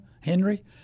Henry